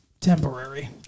temporary